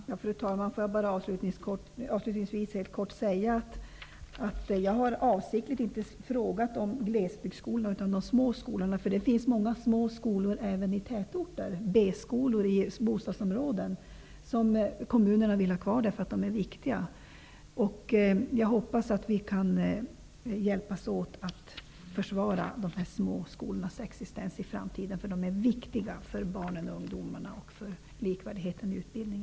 Statsministern har både i riksdagens kammare och i möten med elever och media förutskickat en grundlig omarbetning av Betygsberedningens förslag innan det kommer en proposition till riksdagen. Den starka och entydiga remisskritiken ger fog för en sådan omarbetning. Med anledning av detta vill jag fråga skolministern om hon kommer att bereda remissinstanserna förnyade möjligheter att lämna synpunkter på detta nya, i grunden omarbetade, förslag innan riksdagen skall ta ställning?